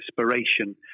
inspiration